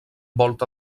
volta